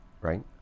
right